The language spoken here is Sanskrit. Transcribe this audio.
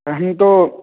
अहं तु